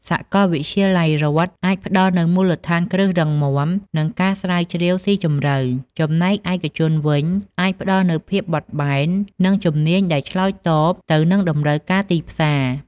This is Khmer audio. សាកលវិទ្យាល័យរដ្ឋអាចផ្ដល់នូវមូលដ្ឋានគ្រឹះរឹងមាំ និងការស្រាវជ្រាវស៊ីជម្រៅ ចំណែកឯកជនវិញអាចផ្ដល់នូវភាពបត់បែន និងជំនាញដែលឆ្លើយតបទៅនឹងតម្រូវការទីផ្សារ។